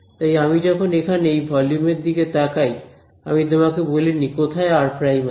তাই আমি যখন এখানে এই ভলিউম এর দিকে তাকাই আমি তোমাকে বলিনি কোথায় r আছে